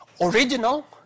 Original